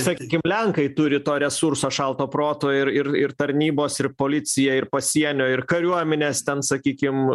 sakykim lenkai turi to resurso šalto proto ir ir ir tarnybos ir policija ir pasienio ir kariuomenės ten sakykim